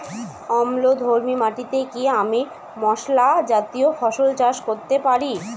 অম্লধর্মী মাটিতে কি আমি মশলা জাতীয় ফসল চাষ করতে পারি?